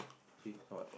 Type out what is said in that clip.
see this one what